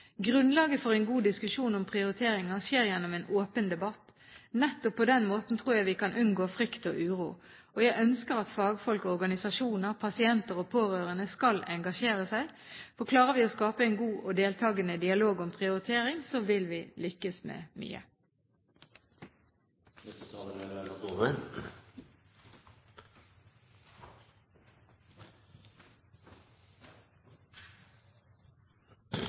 Grunnlaget for en god diskusjon om prioriteringer skjer gjennom en åpen debatt. Nettopp på den måten tror jeg vi kan unngå frykt og uro. Jeg ønsker at fagfolk, organisasjoner, pasienter og pårørende skal engasjere seg. Klarer vi å skape en god og deltakende dialog om prioritering, vil vi lykkes med